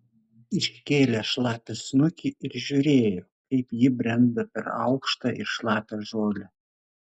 iškėlė šlapią snukį ir žiūrėjo kaip ji brenda per aukštą ir šlapią žolę